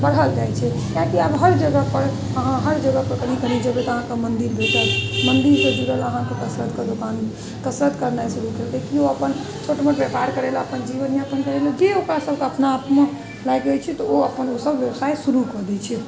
बढ़ल जाइ छै कियाकि आब हर जगहपर अहाँ हर जगहपर कनि कनि जेबै तऽ अहाँके मन्दिर भेटत मन्दिरसँ जुड़ल अहाँके कसरतके दोकान कसरत करनाइ शुरू करिते किओ अपन छोट मोट व्यापार एकरेलए अपन जीवनयापन करैलए जे ओकरा सबके अपना आपमे लागै छै तऽ ओ अपन ओसब बेबसाइ शुरू कऽ दै छै